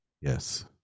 yes